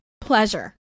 Pleasure